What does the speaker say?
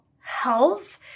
health